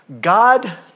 God